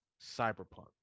cyberpunk